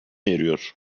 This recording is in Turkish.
eriyor